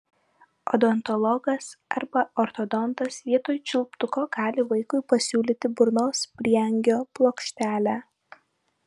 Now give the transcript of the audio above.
odontologas arba ortodontas vietoj čiulptuko gali vaikui pasiūlyti burnos prieangio plokštelę